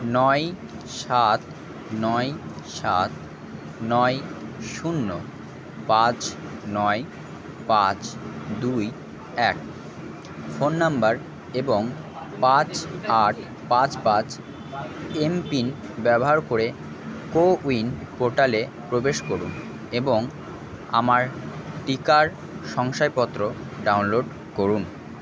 নয় সাত নয় সাত নয় শূন্য পাঁচ নয় পাঁচ দুই এক ফোন নাম্বার এবং পাঁচ আট পাঁচ পাঁচ এমপিন ব্যবহার করে কোউইন পোর্টালে প্রবেশ করুন এবং আমার টিকার শংসাপত্র ডাউনলোড করুন